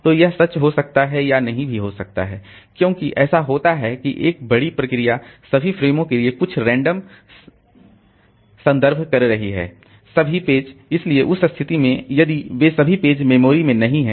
तो यह सच हो सकता है या नहीं भी हो सकता है क्योंकि ऐसा होता है कि एक बड़ी प्रोसेस सभी फ़्रेमों के लिए कुछ रेंडम संदर्भ कर रही है इसलिए सभी पेज इसलिए उस स्थिति में यदि वे सभी पेज मेमोरी में नहीं हैं